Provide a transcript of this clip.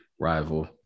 rival